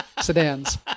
sedans